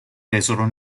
resero